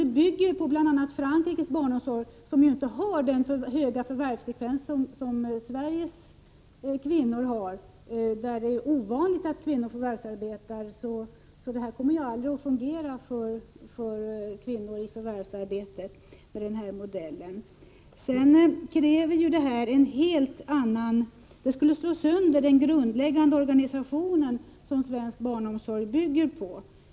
Det bygger på Frankrikes barnomsorg, och i Frankrike är förvärvsfrekvensen för kvinnor inte lika hög som för Sveriges kvinnor. Det är ju i Frankrike ovanligt att kvinnor förvärvsarbetar. Vidare skulle denna modell slå sönder den grundläggande organisation som svensk barnomsorg bygger på.